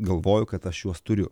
galvoju kad aš juos turiu